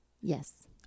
yes